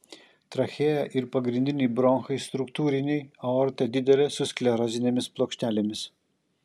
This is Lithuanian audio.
trachėja ir pagrindiniai bronchai struktūriniai aorta didelė su sklerozinėmis plokštelėmis